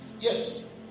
yes